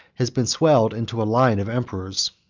has been swelled into a line of emperors.